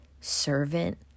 servant